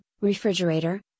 refrigerator